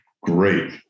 great